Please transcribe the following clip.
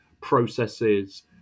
processes